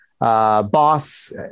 boss